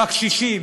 בקשישים